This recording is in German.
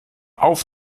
auf